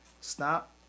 stop